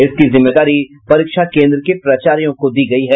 इसकी जिम्मेदारी परीक्षा केन्द्र के प्राचार्यो को दी गयी है